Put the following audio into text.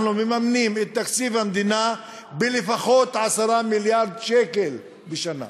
אנחנו מממנים את תקציב המדינה לפחות ב-10 מיליארד שקל בשנה.